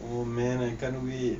oh man I can't wait